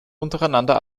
untereinander